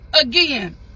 again